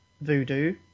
voodoo